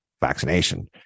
vaccination